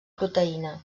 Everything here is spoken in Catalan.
proteïna